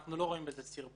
אנחנו לא רואים בזה סרבול,